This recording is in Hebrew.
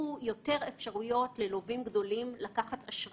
בין לבין הגברת הלפרין תפקדה כראש מחלקת הגבלים